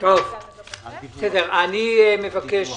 אני מבקש,